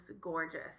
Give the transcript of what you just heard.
gorgeous